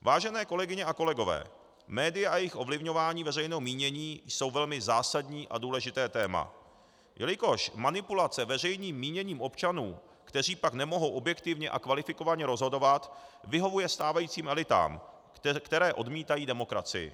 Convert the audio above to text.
Vážené kolegyně a kolegové, média a jejich ovlivňování veřejného mínění jsou velmi zásadní a důležité téma, jelikož manipulace veřejným míněním občanů, kteří pak nemohou objektivně a kvalifikovaně rozhodovat, vyhovuje stávajícím elitám, které odmítají demokracii.